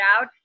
out